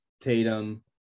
Tatum